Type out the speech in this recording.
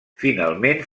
finalment